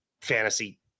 fantasy